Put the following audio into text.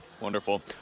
Wonderful